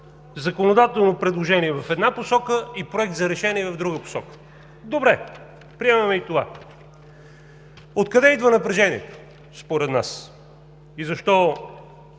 законодателно предложение в една посока и Проект за решение в друга посока. Добре, приемаме и това. Откъде идва напрежението според нас и защо?